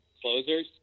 closers